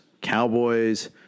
Cowboys